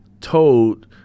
told